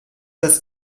das